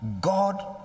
God